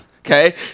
okay